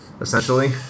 essentially